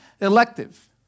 elective